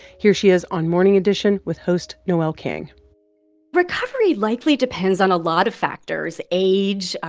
here she is on morning edition with host noel king recovery likely depends on a lot of factors age,